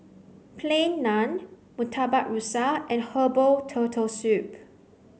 plain naan murtabak rusa and herbal turtle soup